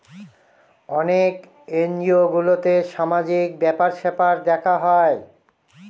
অনেক এনজিও গুলোতে সামাজিক ব্যাপার স্যাপার দেখা হয়